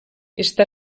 està